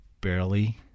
barely